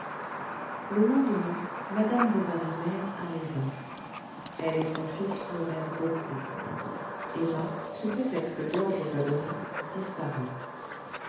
le lendemain madame bovary mère arriva elle et son fils pleurèrent beaucoup emma sous prétexte d'ordres à donner disparut